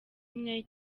umwe